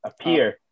appear